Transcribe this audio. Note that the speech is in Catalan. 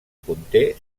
conté